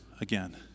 again